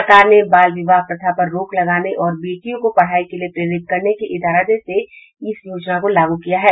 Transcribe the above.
सरकार ने बाल विवाह प्रथा पर रोक लगाने और बेटियों को पढ़ाई के लिये प्रेरित करने के इरादे से यह योजना लागू की है